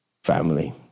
Family